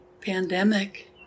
pandemic